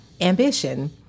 ambition